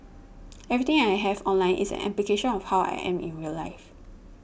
everything I have online is an application of how I am in real life